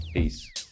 Peace